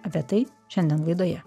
apie tai šiandien laidoje